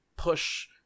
push